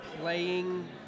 playing